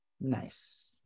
Nice